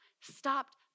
stopped